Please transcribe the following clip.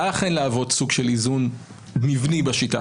התנהלות שבעיניי חורגת בהרבה מהיכולת לנהל דיון הולם על ידי חברי